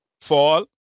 fall